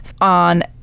on